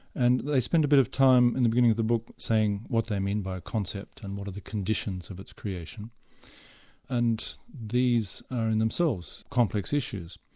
and they spend a bit of time in the beginning of the book saying what they mean by concept, and what are the conditions of its creation and these are in themselves, complex issues.